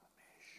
אדוני היושב-ראש,